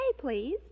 please